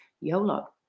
YOLO